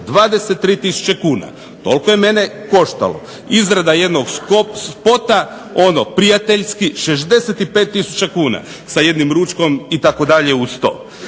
tisuće kuna, to je mene koštalo. Izrada jednog spota ono prijateljski, 65 tisuća kuna, sa jednim ručkom uz to. Ja sam